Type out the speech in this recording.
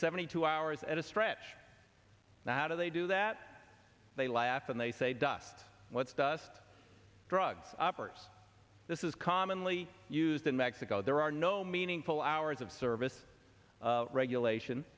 seventy two hours at a stretch now how do they do that they laugh and they say dust what's dust drug operators this is commonly used in mexico there are no meaningful hours of service regulation